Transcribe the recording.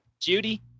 Judy